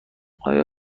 آیا